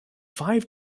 five